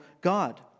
God